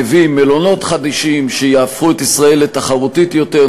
נביא מלונות חדישים שיהפכו את ישראל לתחרותית יותר,